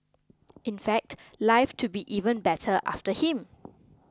in fact life to be even better after him